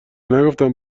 نگفتم